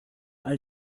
all